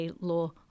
law